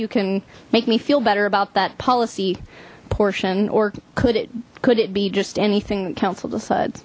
you can make me feel better about that policy portion or could it could it be just anything that council decide